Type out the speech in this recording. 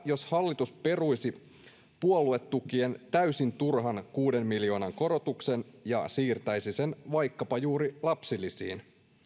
jos hallitus peruisi puoluetukien täysin turhan kuuden miljoonan korotuksen ja siirtäisi sen vaikkapa juuri lapsilisiin